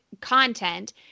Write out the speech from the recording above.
content